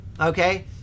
okay